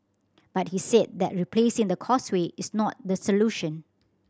but he said that replacing the Causeway is not the solution